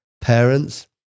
Parents